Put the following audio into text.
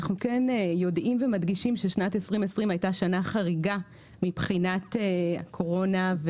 אנחנו יודעים ומדגישים ששנת 2020 הייתה שנה חריגה מבחינת הקורונה,